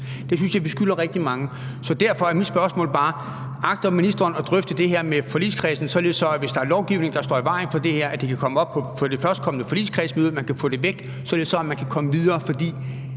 Det synes jeg vi skylder rigtig mange. Derfor er mit spørgsmål bare: Agter ministeren at drøfte det her med forligskredsen, hvis der er lovgivning, der står i vejen for det, således at det kan komme op på det førstkommende forligskredsmøde, så man kan få det, der står i vejen, væk og komme videre? For